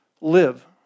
live